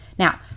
Now